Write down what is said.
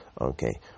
Okay